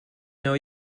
know